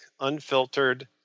unfiltered